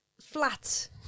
flat